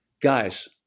Guys